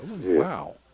Wow